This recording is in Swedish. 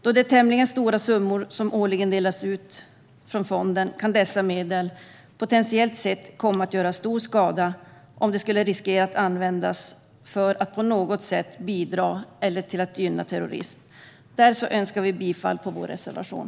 Då det är tämligen stora summor som årligen delas ut från fonden kan dessa medel potentiellt sett komma att göra stor skada om de riskerar att användas för att på något sätt bidra till eller gynna terrorism. Därför yrkar vi bifall till vår reservation.